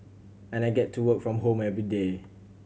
and I get to work from home everyday